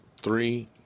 three